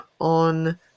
on